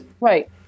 Right